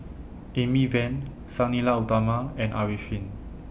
Amy Van Sang Nila Utama and Arifin